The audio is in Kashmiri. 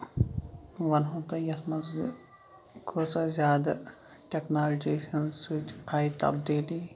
وَنہوو تۄہہِ یَتھ منٛز یہِ کۭژاہ زیادٕ ٹیکنالجی ہِندۍ سۭتۍ آیہِ تَبدیٖلی